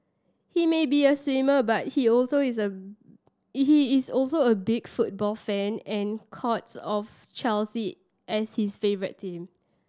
he may be a swimmer but he is also is a he is also a big football fan and counts of Chelsea as his favourite team